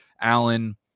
Allen